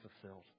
fulfilled